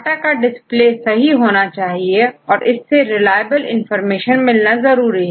data का display सही होना चाहिए और इससे रिलायबल इंफॉर्मेशन मिलना जरूरी है